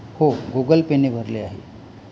हो गुगलपेने भरले आहे